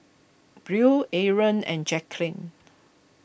Buell Arron and Jacklyn